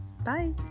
Bye